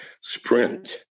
Sprint